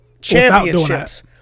championships